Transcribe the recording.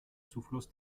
zufluss